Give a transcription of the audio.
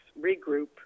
regroup